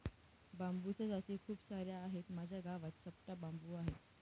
बांबूच्या जाती खूप सार्या आहेत, माझ्या गावात चपटा बांबू आहे